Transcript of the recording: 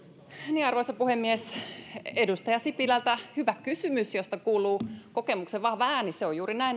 arvoisa puhemies edustaja sipilältä hyvä kysymys josta kuuluu kokemuksen vahva ääni se on juuri näin